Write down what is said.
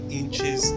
inches